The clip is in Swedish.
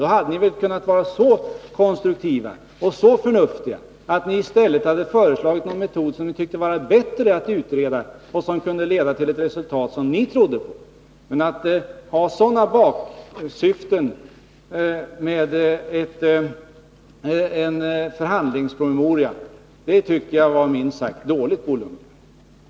Ni hade väl kunnat vara så konstruktiva och förnuftiga att ni i stället föreslagit någon metod som ni tyckte det var bättre att utreda och som kunde leda till ett resultat som ni trodde på! Att ha sådana baktankar med en förhandlingspromemoria tycker jag minst sagt är dåligt, Bo Lundgren.